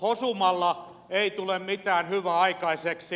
hosumalla ei tule mitään hyvää aikaiseksi